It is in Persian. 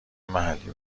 محلی